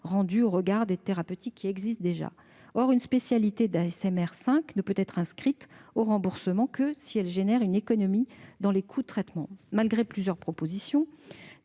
rendu eu égard aux thérapeutiques existantes. Or une telle spécialité ne peut être inscrite au remboursement que si elle génère une économie dans les coûts de traitement. Malgré plusieurs propositions,